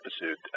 episode